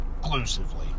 exclusively